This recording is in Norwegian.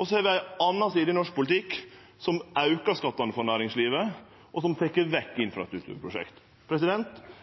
Og så har vi ei anna side i norsk politikk som aukar skattane for næringslivet, og som tek vekk